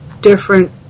different